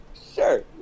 Sure